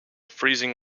freezing